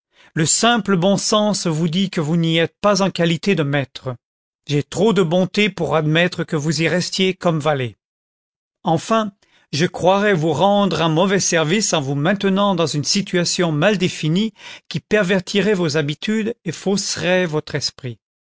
le simple bon sens vous dit que vous n'y êtes pas en qualité de maître j'ai trop de bonté pour admettre que vous y restiez comme valet enfin je croirais vous rendre un mauvais service en vous maintenant dans une situation mal définie qui pervertirait vos habitudes et fausserait votre esprit